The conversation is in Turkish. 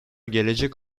gelecek